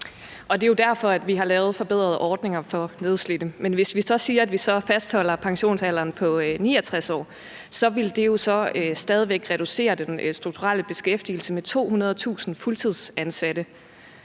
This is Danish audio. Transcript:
Det er jo derfor, vi har lavet forbedrede ordninger for nedslidte. Men hvis vi så siger, at vi fastholder pensionsalderen på 69 år, vil det stadig væk reducere den strukturelle beskæftigelse med 200.000 fuldtidsansatte.